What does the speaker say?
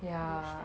understand